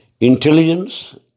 intelligence